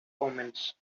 omens